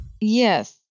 yes